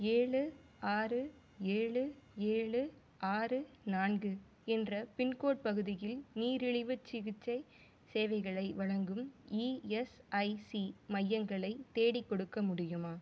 ஏழு ஆறு ஏழு ஏழு ஆறு நான்கு என்ற பின்கோட் பகுதியில் நீரிழிவுச் சிகிச்சை சேவைகளை வழங்கும் இஎஸ்ஐசி மையங்களை தேடிக்கொடுக்க முடியுமா